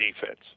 defense